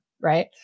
right